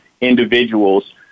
individuals